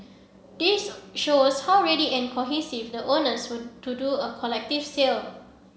this shows how ready and cohesive the owners were to do a collective sale